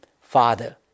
Father